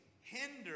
hinder